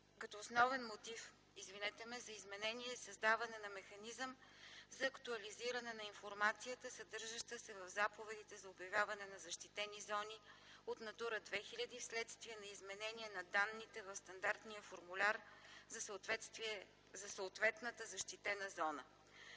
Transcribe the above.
като основен мотив за изменението е създаване на механизъм за актуализиране на информацията, съдържаща се в заповедите за обявяване на защитени зони от „Натура 2000” вследствие на изменение на данните в стандартния формуляр за съответната защитена зона.